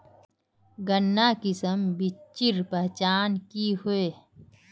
गन्नात किसम बिच्चिर पहचान की होय?